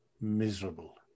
miserable